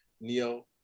Neo